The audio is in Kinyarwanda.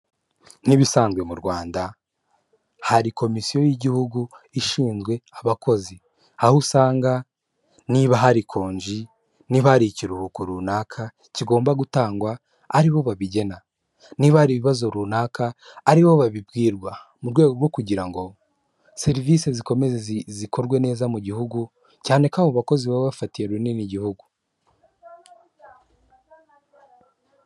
Nk'ibisanzwe mu Rwanda, hari komisiyo y'igihugu ishinzwe abakozi. Aho usanga niba hari konji, niba hari ikiruhuko runaka kigomba gutangwa, ari bo babigena, niba hari ibibazo runaka, aribo babibwirwa. Mu rwego rwo kugira ngo serivisi zikomeze zikorwe neza mu gihugu, cyane ko abo bakozi baba bafatiye runini igihugu.